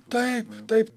taip taip